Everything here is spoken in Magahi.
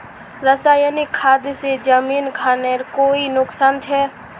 रासायनिक खाद से जमीन खानेर कोई नुकसान छे?